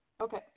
Okay